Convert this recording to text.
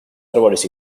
árboles